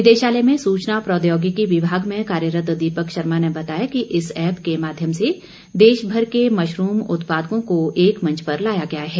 निदेशालय में सूचना प्रौद्योगिकी विभाग में कार्यरत दीपक शर्मा ने बताया कि इस ऐप के माध्यम से देशभर के मशरूम उत्पादकों को एक मंच पर लाया गया है